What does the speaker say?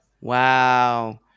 Wow